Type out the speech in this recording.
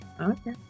Okay